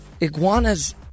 Iguanas